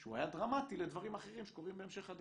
שהוא היה דרמטי לדברים אחרים שקורים בהמשך הדרך.